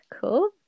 cool